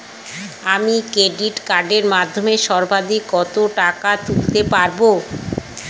আমি ক্রেডিট কার্ডের মাধ্যমে সর্বাধিক কত টাকা তুলতে পারব?